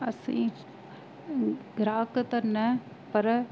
असी ग्राहक त न पर